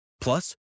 Plus